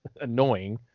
annoying